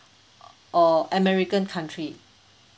or american country